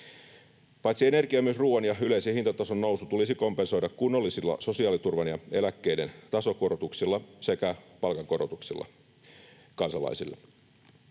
Paitsi energian myös ruoan ja yleisen hintatason nousu tulisi kompensoida kunnollisilla sosiaaliturvan ja eläkkeiden tasokorotuksilla sekä palkankorotuksilla kansalaisille.